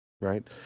Right